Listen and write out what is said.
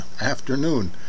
afternoon